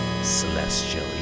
Celestial